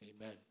Amen